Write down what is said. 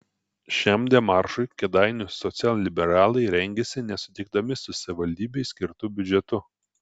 šiam demaršui kėdainių socialliberalai rengėsi nesutikdami su savivaldybei skirtu biudžetu